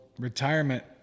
retirement